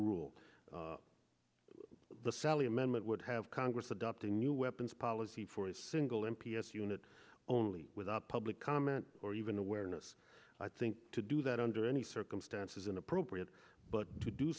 rules the sally amendment would have congress adopting new weapons policy for a single m p s unit only without public comment or even awareness i think to do that under any circumstances inappropriate but to do